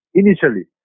initially